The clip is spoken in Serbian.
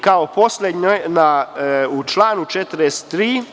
Kao poslednje, u članu 43.